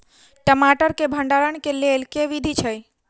टमाटर केँ भण्डारण केँ लेल केँ विधि छैय?